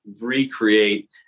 recreate